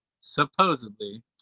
supposedly